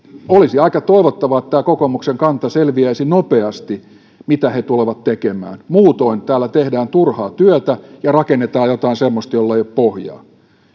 olisi aika toivottavaa että kokoomuksen kanta selviäisi nopeasti mitä he tulevat tekemään muutoin täällä tehdään turhaa työtä ja rakennetaan jotain semmoista jolla ei ole pohjaa